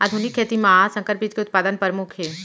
आधुनिक खेती मा संकर बीज के उत्पादन परमुख हे